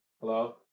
Hello